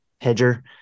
Hedger